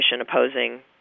opposing